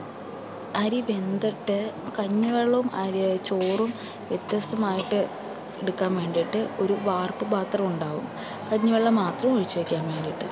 അരി വെന്തിട്ട് കഞ്ഞിവെള്ളവും അതിലെ ചോറും വ്യത്യസ്തമായിട്ട് എടുക്കാൻ വേണ്ടിയിട്ട് ഒരു വാർപ്പ് പാത്രം ഉണ്ടാകും കഞ്ഞിവെള്ളം മാത്രം ഒഴിച്ചു വയ്ക്കാൻ വേണ്ടിയിട്ട്